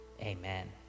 amen